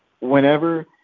Whenever